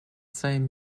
same